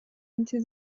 into